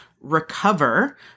recover